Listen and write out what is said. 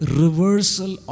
reversal